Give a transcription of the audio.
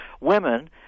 women